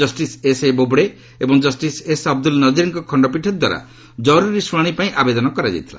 justice S A Bobde ଏବଂ justice S Abdul ନଙ୍କୀର୍କ ଖଣ୍ଡପୀଠଦ୍ୱାରା କରୁରୀ ଶୁଣାଣି ପାଇଁ ଆବେଦନ କରାଯାଇଥିଲା